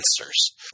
answers